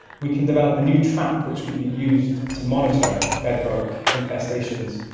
we can develop a new trap which could be used to monitor bedbug infestations.